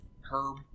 herb